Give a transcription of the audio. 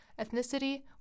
ethnicity